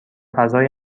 فضای